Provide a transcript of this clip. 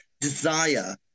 desire